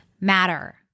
matter